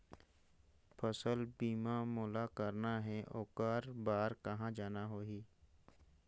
फसल बीमा मोला करना हे ओकर बार कहा जाना होही?